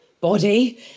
body